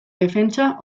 defentsa